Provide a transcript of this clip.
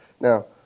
Now